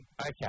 Okay